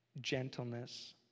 gentleness